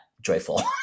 joyful